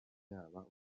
yaba